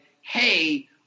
hey